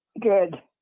Good